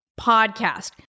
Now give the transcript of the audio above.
podcast